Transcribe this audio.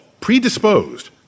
Predisposed